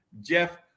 jeff